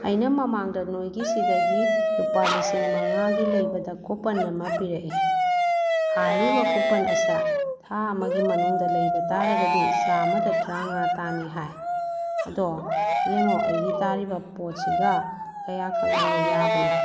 ꯑꯩꯅ ꯃꯃꯥꯡꯗ ꯅꯣꯏꯒꯤꯁꯤꯗꯒꯤ ꯂꯨꯄꯥ ꯂꯤꯁꯤꯡ ꯃꯉꯥꯒꯤ ꯂꯩꯕꯗ ꯀꯣꯄꯟ ꯑꯃ ꯄꯤꯔꯛꯑꯦ ꯍꯥꯏꯔꯤꯕ ꯀꯣꯄꯟ ꯑꯁꯦ ꯊꯥ ꯑꯃꯒꯤ ꯃꯅꯨꯡꯗ ꯂꯩꯕ ꯇꯥꯔꯒꯗꯤ ꯆꯥꯝꯃꯗ ꯇꯔꯥ ꯃꯉꯥ ꯇꯥꯅꯤ ꯍꯥꯏ ꯑꯗꯣ ꯌꯦꯡꯉꯣ ꯑꯩꯒꯤ ꯇꯥꯔꯤꯕ ꯄꯣꯠꯁꯤꯒ ꯀꯌꯥ ꯀꯛꯅꯕ ꯌꯥꯕꯅꯣ